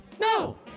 No